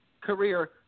career